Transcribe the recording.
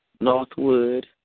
Northwood